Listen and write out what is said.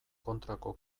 kontrako